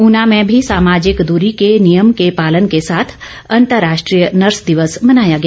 ऊना में भी सामाजिक दूरी के नियम के पालन के साथ अंतर्राष्ट्रीय नर्स दिवस मनाया गया